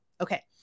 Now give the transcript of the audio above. Okay